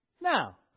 Now